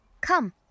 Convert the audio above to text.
Come